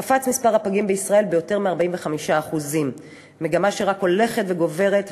קפץ מספר הפגים בישראל ביותר מ-45% מגמה שרק הולכת וגוברת,